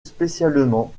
spécialement